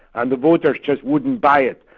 and the voters just wouldn't buy it.